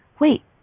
wait